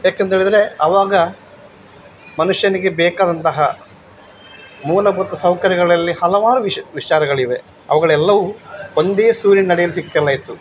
ಯಾಕಂತೇಳಿದ್ರೆ ಆವಾಗ ಮನುಷ್ಯನಿಗೆ ಬೇಕಾದಂತಹ ಮೂಲಭೂತ ಸೌಕರ್ಯಗಳಲ್ಲಿ ಹಲವಾರು ವಿಷ ವಿಷಾದಗಳಿವೆ ಅವುಗಳೆಲ್ಲವೂ ಒಂದೇ ಸೂರಿನಡಿಯಲ್ಲಿ ಸಿಕ್ಕಲ್ಲ ಹೆಚ್ಚು